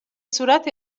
صورت